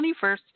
21st